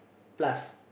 plus